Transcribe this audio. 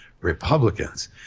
republicans